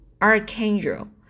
Archangel